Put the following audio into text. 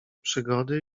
przygody